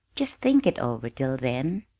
just think it over till then,